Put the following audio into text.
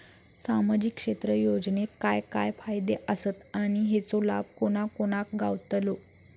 सामजिक क्षेत्र योजनेत काय काय फायदे आसत आणि हेचो लाभ कोणा कोणाक गावतलो?